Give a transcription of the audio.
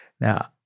Now